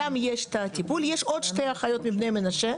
יש עוד שתי אחיות מבני מנשה,